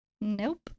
Nope